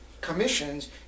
commissions